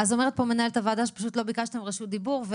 מנהלת הוועדה אומרת שלא ביקשתם רשות דיבור.